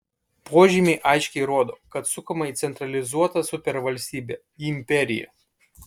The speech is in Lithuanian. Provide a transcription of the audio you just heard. požymiai aiškiai rodo kad sukama į centralizuotą supervalstybę į imperiją